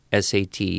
SAT